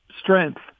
strength